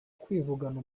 kwivugana